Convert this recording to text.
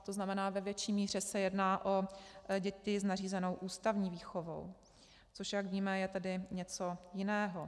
To znamená, ve větší míře se jedná o děti s nařízenou ústavní výchovou, což jak víme, je tedy něco jiného.